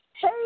Hey